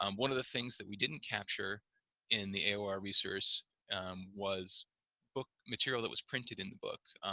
um one of the things that we didn't capture in the aor resource was book material that was printed in the book.